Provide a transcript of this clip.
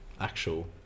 actual